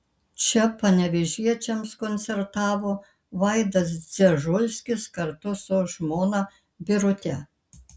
čia panevėžiečiams koncertavo vaidas dzežulskis kartu su žmona birute